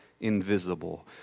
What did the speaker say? invisible